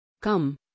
Come